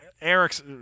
Eric's